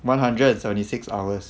one hundred seventy six hours